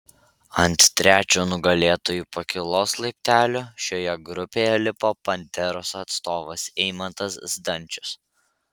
ant trečio nugalėtojų pakylos laiptelio šioje grupėje lipo panteros atstovas eimantas zdančius